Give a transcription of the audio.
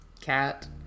Cat